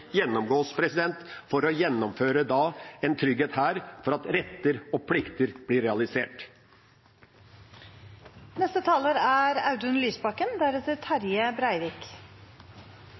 for å gjennomføre en trygghet for at retter og plikter blir